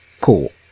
Cool